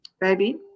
baby